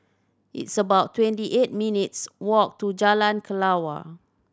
it's about twenty eight minutes' walk to Jalan Kelawar